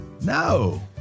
No